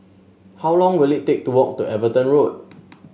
how long will it take to walk to Everton Road